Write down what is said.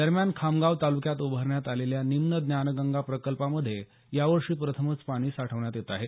दरम्यान खामगाव तालुक्यात उभारण्यात आलेल्या निम्न ज्ञानगंगा प्रकल्पामधे यावर्षी प्रथमच पाणी साठवण्यात येत आहे